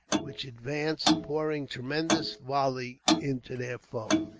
which advanced, pouring tremendous volleys into their foe.